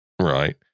Right